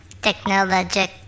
technologic